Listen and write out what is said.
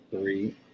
Three